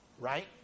right